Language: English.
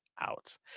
out